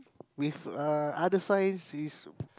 with uh other signs is